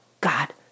God